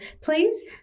please